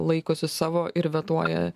laikosi savo ir vetuoja